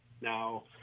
Now